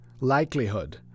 likelihood